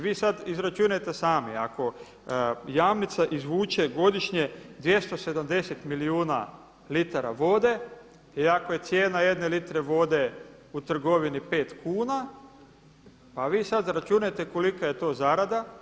Vi sada izračunajte sami, ako Jamnica izvuče godišnje 270 milijuna litara vode i ako je cijena litre vode u trgovini pet kuna pa vi sada izračunajte kolika je to zarada.